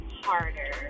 harder